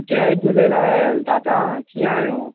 जय झूलेलाल दादा कीअं आहियो